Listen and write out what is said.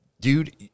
dude